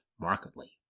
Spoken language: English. markedly